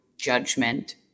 judgment